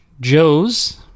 Joes